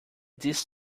this